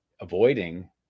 avoiding